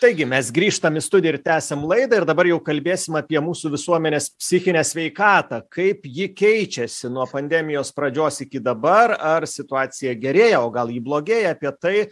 taigi mes grįžtam į studiją ir tęsiam laidą ir dabar jau kalbėsim apie mūsų visuomenės psichinę sveikatą kaip ji keičiasi nuo pandemijos pradžios iki dabar ar situacija gerėja o gal ji blogėja apie tai